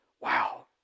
wow